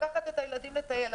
לקחת את הילדים לטייל.